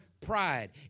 pride